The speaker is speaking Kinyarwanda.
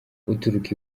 uturuka